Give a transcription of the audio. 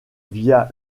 via